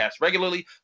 regularly